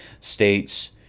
states